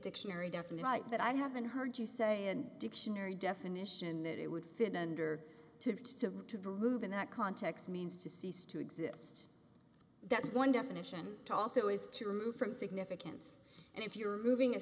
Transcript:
dictionary definition but i haven't heard you say in dictionary definition that it would fit under two to prove in that context means to cease to exist that's one definition to also is to remove from significance and if you're moving a